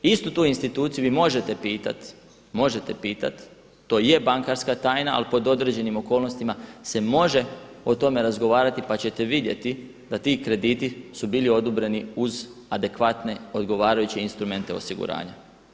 Istu tu instituciju vi možete pitati, možete pitati, to i je bankarska tajna ali pod određenim okolnostima se može o tome razgovarati pa ćete vidjeti da ti krediti su bili odobreni uz adekvatne, odgovarajuće instrumente osiguranja.